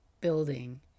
building